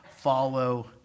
Follow